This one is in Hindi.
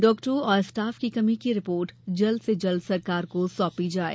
डॉक्टरों और स्टाफ की कमी की रिपोर्ट जल्द से जल्द सरकार को सौंपी जाये